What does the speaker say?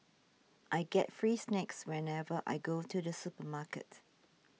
I get free snacks whenever I go to the supermarket